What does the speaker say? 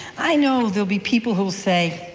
i know there will be people who say,